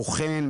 בוחן,